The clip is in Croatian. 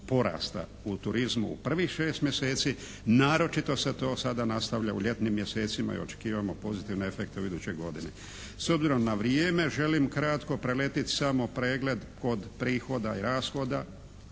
u turizmu u prvih šest mjeseci, naročito se to sada nastavlja u ljetnim mjesecima i očekivamo pozitivne efekte u idućoj godini. S obzirom na vrijeme želim kratko preletit samo pregled kod prihoda i rashoda,